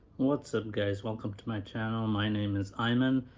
what's up guys? welcome to my channel. my name is aiman,